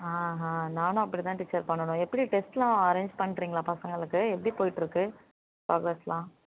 ஆஹான் நானும் அப்படிதான் டீச்சர் பண்ணணும் எப்படி டெஸ்ட் எல்லாம் அரேஞ் பண்ணுறிங்களா பசங்களுக்கு எப்படி போயிட்டுருக்கு சிலபஸ்லாம்